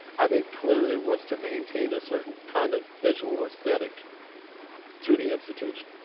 i think, clearly it was to maintain a certain kind of visual aesthetic to the institution.